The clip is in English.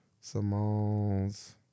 Simone's